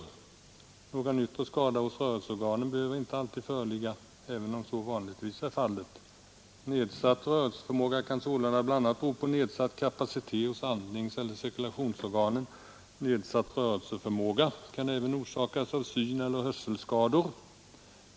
Någon yttre skada hos rörelseorganen behöver inte alltid föreligga även om så vanligtvis är fallet. Nedsatt rörelseförmåga kan sålunda bla bero på nedsatt kapacitet hos andningseller cirkulationsorganen. Nedsatt rörelseförmåga kan även orsakas av syneller hörselskador.